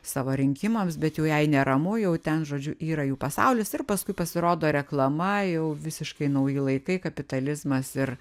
savo rinkimams bet jau jai neramu jau ten žodžiu yra jų pasaulis ir paskui pasirodo reklama jau visiškai nauji laikai kapitalizmas ir